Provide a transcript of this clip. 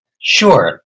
Sure